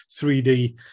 3D